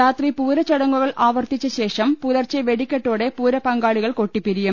രാത്രി പൂരച്ചടങ്ങുകൾ ആവർത്തിച്ചശേഷം പുലർച്ചെ വെടി ക്കെട്ടോടെ പൂരപങ്കാളികൾ കൊട്ടിപ്പിരിയും